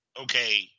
okay